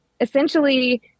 essentially